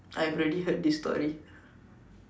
I've already heard this story